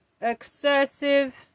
excessive